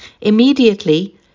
Immediately